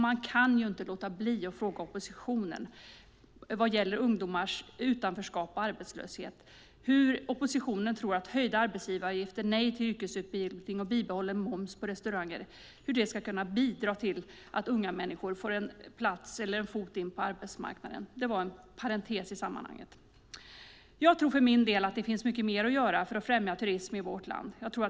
Man kan ju inte låta bli att fråga efter oppositionens lösningar vad gäller ungdomars utanförskap och arbetslöshet, hur oppositionen tror att höjda arbetsgivaravgifter, nej till yrkesutbildning och bibehållen moms på restauranger ska kunna bidra till att unga människor får en plats eller en fot in på arbetsmarknaden. Det var en parentes i sammanhanget. Jag tror för min del att det finns mycket mer att göra för att främja turismen i vårt land.